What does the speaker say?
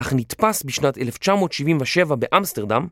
אך נתפס בשנת 1977 באמסטרדם